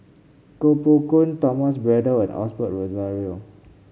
Koh Poh Koon Thomas Braddell and Osbert Rozario